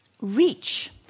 reach